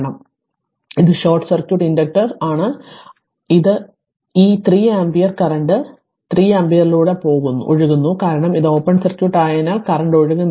അതിനാൽ ഇത് short circuit inductor short circuit ആണ് അതായത് ഈ 3 ആമ്പിയർ കറന്റ് ഇല്ല 3 ആമ്പിയറിലൂടെ ഒഴുകുന്നു കാരണം ഇത് ഓപ്പൺ സർക്യൂട്ട് ആയതിനാൽ കറന്റ് ഒഴുകുന്നില്ല